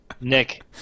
Nick